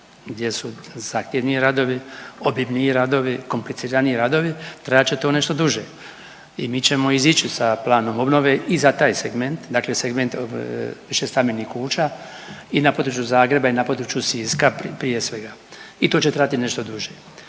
gdje su zahtjevniji radovi, obilniji radovi, kompliciraniji radovi, trajat će to nešto duže i mi ćemo izići sa planom obnove i za taj segment, dakle segment višestambenih kuća i na području Zagreba i na području Siska prije svega i to će trajati nešto duže.